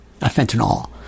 fentanyl